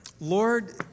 Lord